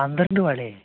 പന്ത്രണ്ട് വളയോ